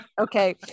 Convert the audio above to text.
Okay